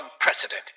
unprecedented